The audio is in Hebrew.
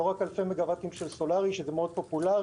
לא רק אלפי מגה וואטים של סולארי שזה מאוד פופולארי,